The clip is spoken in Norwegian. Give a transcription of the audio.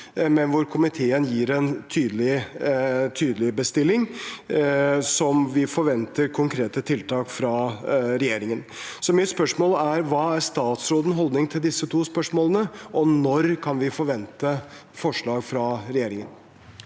men hvor komiteen gir en tydelig bestilling og forventer konkrete tiltak fra regjeringen. Så mitt spørsmål er: Hva er statsrådens holdning til disse to spørsmålene, og når kan vi forvente forslag fra regjeringen?